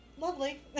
lovely